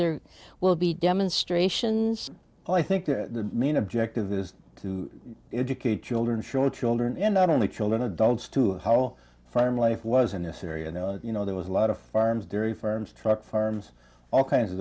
there will be demonstrations i think the main objective is to educate children short children and not only children adults to how farm life was in this area you know there was a lot of farms dairy farms truck farms all kinds of